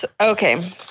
okay